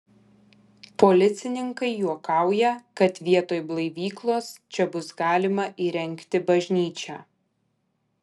policininkai juokauja kad vietoj blaivyklos čia bus galima įrengti bažnyčią